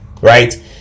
right